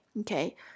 okay